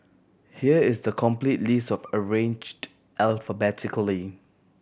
here is the complete list of arranged alphabetically